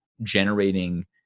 generating